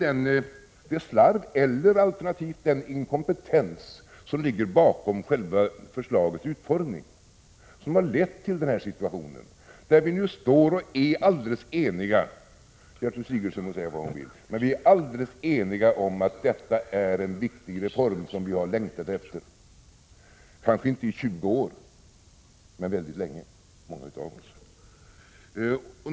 Det är det slarv eller alternativt den inkompetens som ligger bakom själva förslaget till utformning som har lett till denna situation, där vi nu är helt eniga — Gertrud Sigurdsen må säga vad hon vill — om att detta är en viktig reform som många av oss har längtat efter, kanske inte i 20 år men mycket länge.